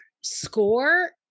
score